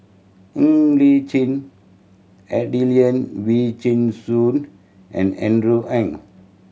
Ng Li Chin Adelene Wee Chin Suan and Andrew Ang